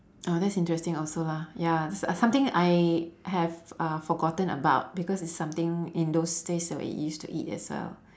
uh that's interesting also lah ya it's something I have uh forgotten about because it's something in those days that we used to eat as well